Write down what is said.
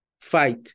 fight